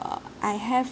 uh I have